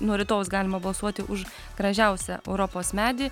nuo rytojaus galima balsuoti už gražiausią europos medį